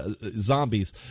zombies